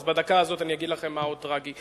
אז בדקה הזאת אני אגיד לכם מה עוד טרגי.